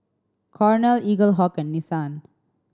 Cornell Eaglehawk and Nissan